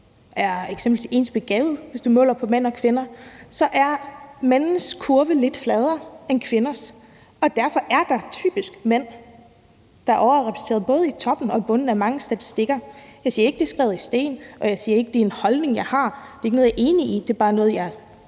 er eksempelvis ens begavede, hvis man måler på mænd og kvinder, så er mænds kurve lidt fladere end kvinders, og derfor er det typisk mænd, der er overrepræsenteret både i toppen og i bunden af mange statistikker. Jeg siger ikke, at det er mejslet i sten, og jeg siger ikke, at det er en holdning, jeg har. Det er ikke noget, jeg er enig i, det er bare noget, jeg